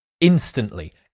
instantly